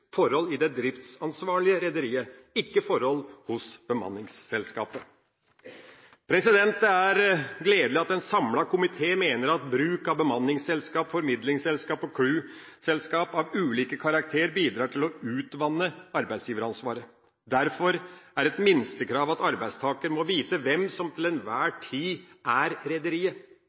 forhold i det driftsansvarlige rederiet, ikke forhold hos bemanningsselskapet. Det er gledelig at en samlet komité mener at bruk av bemanningsselskap, formidlingsselskap og crew-selskap av ulik karakter bidrar til å utvanne arbeidsgiveransvaret. Derfor er det et minstekrav at arbeidstaker må vite hvem som til enhver tid er